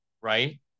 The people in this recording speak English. right